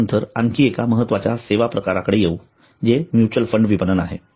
यानंतर आणखी एका महत्वाच्या वित्तीय सेवेच्या प्रकाराकडे येवू जे म्युचअल फंड विपणन आहे